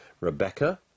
Rebecca